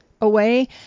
away